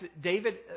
David